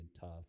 tough